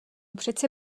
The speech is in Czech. přece